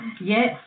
Yes